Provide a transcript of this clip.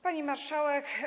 Pani Marszałek!